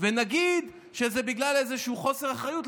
ונגיד שזה בגלל איזשהו חוסר אחריות,